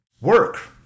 work